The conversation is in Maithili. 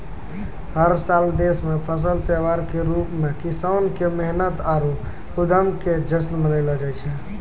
हर साल देश मॅ फसल त्योहार के रूप मॅ किसान के मेहनत आरो उद्यम के जश्न मनैलो जाय छै